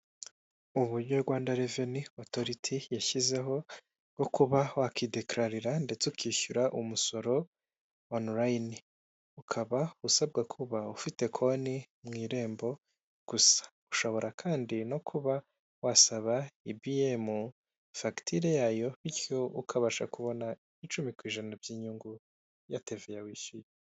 Uburyo Rwanda reveni otoriti yashyizeho bwo kuba wakidekararira ndetse ukishyura umusoro onurayini, ukaba usabwa kuba ufite konti mu irembo gusa, ushobora kandi no kuba wasaba ibiyemu fagitire y'ayo, bityo ukabasha kubona icumi ku ijana by'inyungu ya teveya wishyuye.